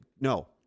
No